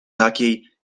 takiej